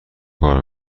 کار